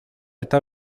eta